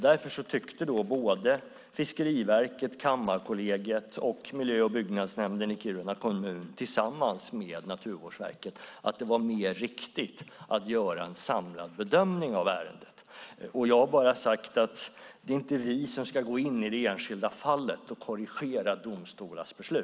Därför tyckte Fiskeriverket, Kammarkollegiet och miljö och byggnadsnämnden i Kiruna kommun tillsammans med Naturvårdsverket att det var mer riktigt att göra en samlad bedömning av ärendet. Jag har bara sagt att det inte är vi som ska gå in i det enskilda fallet och korrigera domstolars beslut.